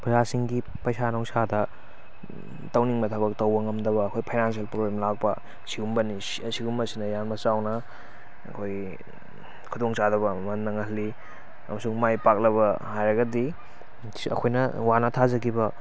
ꯄ꯭ꯔꯖꯥꯁꯤꯡꯒꯤ ꯄꯩꯁꯥ ꯅꯨꯡꯁꯥꯗ ꯇꯧꯅꯤꯡꯕ ꯊꯕꯛ ꯇꯧꯕ ꯉꯝꯗꯕ ꯑꯩꯈꯣꯏ ꯐꯥꯏꯅꯥꯟꯁꯦꯜ ꯄ꯭ꯔꯣꯕ꯭ꯂꯦꯝ ꯂꯥꯛꯄ ꯁꯤꯒꯨꯝꯕꯅꯤ ꯁꯤꯒꯨꯝꯕꯁꯤꯅ ꯌꯥꯝꯕ ꯆꯥꯎꯅ ꯑꯩꯈꯣꯏꯒꯤ ꯈꯨꯗꯣꯡꯆꯥꯗꯕ ꯑꯃ ꯅꯪꯍꯜꯂꯤ ꯑꯃꯁꯨꯡ ꯃꯥꯏ ꯄꯥꯛꯂꯕ ꯍꯥꯏꯔꯒꯗꯤ ꯑꯩꯈꯣꯏꯅ ꯋꯥꯅ ꯊꯥꯖꯈꯤꯕ